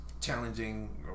challenging